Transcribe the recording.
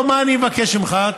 מה שאני מבקש ממך,